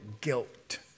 guilt